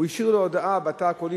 הוא השאיר לו הודעה בתא הקולי,